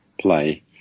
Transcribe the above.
play